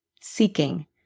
Seeking